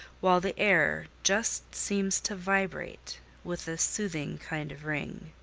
while the air just seems to vibrate with a soothing kind of ring.